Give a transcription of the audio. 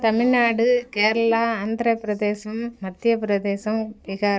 தமிழ்நாடு கேரளா ஆந்திரப்பிரதேசம் மத்தியப்பிரதேசம் பீகார்